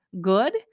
good